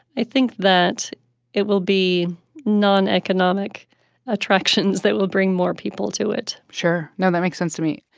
i think that it will be noneconomic attractions that will bring more people to it sure. no, that makes sense to me.